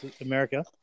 America